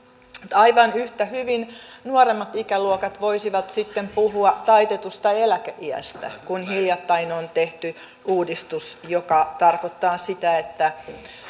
aivan yhtä hyvin nuoremmat ikäluokat voisivat sitten puhua taitetusta eläkeiästä kun hiljattain on tehty uudistus joka tarkoittaa sitä että